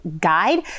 Guide